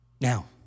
Now